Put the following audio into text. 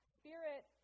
spirit